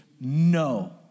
no